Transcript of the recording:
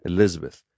Elizabeth